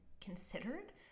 considered